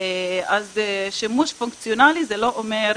אז שימוש פונקציונלי זה לא אומר גלישה,